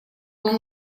был